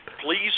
Please